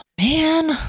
Man